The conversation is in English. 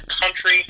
country